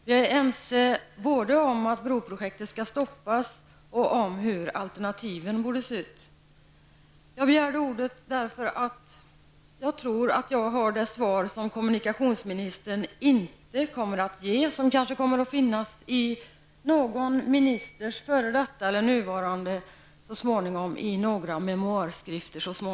Vi är ense både om att broprojektet skall stoppas och om hur alternativen borde se ut. Jag begärde ordet därför att jag tror att jag har det svar som kommunikationsministern inte kommer att ge, det svar som kanske så småningom kommer att finnas i någon före detta eller nuvarande ministers memoarer.